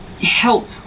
help